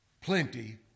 plenty